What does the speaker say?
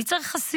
מי צריך חסינות